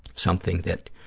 something that,